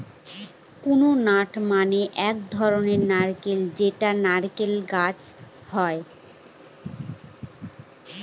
coconut মানে এক ধরনের নারকেল যেটা নারকেল গাছে হয়